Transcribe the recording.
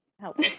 help